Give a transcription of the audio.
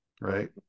right